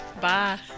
Bye